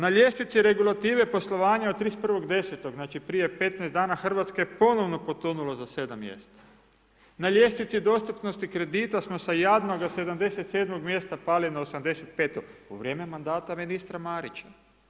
Na ljestvici regulative poslovanja od 31.10. znači prije 15 dana Hrvatska je ponovo potonula za 7 mjesta, na ljestvici dostupnosti kredita smo sa jadnoga 77 mjesta pali na 85 u vrijeme mandata ministra Marića.